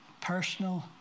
personal